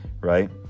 right